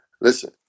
Listen